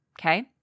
okay